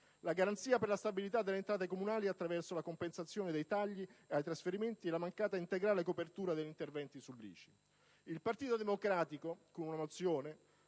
la garanzia per la stabilità delle entrate comunali attraverso la compensazione dei tagli ai trasferimenti e la mancata integrale copertura degli interventi sull'ICI. Il Partito Democratico, con una mozione